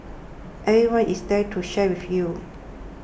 everyone is there to share with you